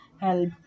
help